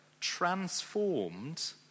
transformed